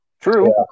true